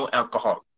alcohol